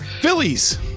phillies